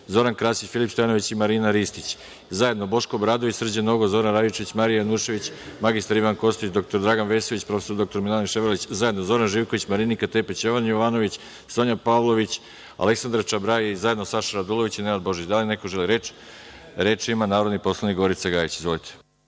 Zoran Krasić, Filip Stojanović i Marina Ristić, zajedno Boško Obradović, Srđan Nogo, Zoran Radojičić, Marija Janjušević, mr Ivan Kostić, dr Dragan Vesović i prof. dr Miladin Ševarlić, zajedno Zoran Živković, Marinika Tepić, Jovan Jovanović, Sonja Pavlović i Aleksandra Čabraja i zajedno Saša Radulović i Nenad Božić. Da li neko želi reč? (Da.)Reč ima narodni poslanik Gorica Gajić. **Gorica